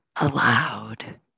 allowed